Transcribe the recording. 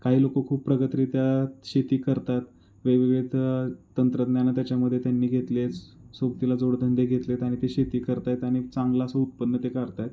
काही लोकं खूप प्रगतरित्या शेती करतात वेगवेगळे त तंत्रज्ञानं त्याच्यामध्ये त्यांनी घेतले आहेत सोबतीला जोडधंदे घेतलेत आणि ते शेती करताहेत आणि चांगलं असं उत्पन्न ते करत आहेत